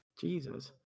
Jesus